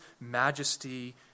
majesty